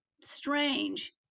strange